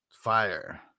fire